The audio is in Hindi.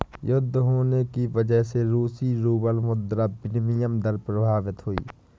युद्ध होने की वजह से रूसी रूबल मुद्रा विनिमय दर प्रभावित हुई